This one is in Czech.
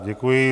Děkuji.